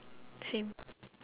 same